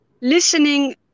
listening